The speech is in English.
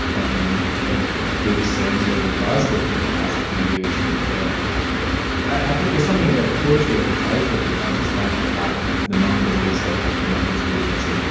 um at a buddhist centre in glasgow for the past three years. and i think there's something about the poetry of the title though. i just like the fact that the monk was always like picking up this book and saying, but